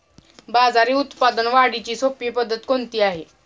बाजरी उत्पादन वाढीची सोपी पद्धत कोणती आहे?